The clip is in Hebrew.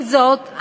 עם זאת,